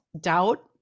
doubt